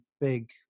big